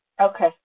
Okay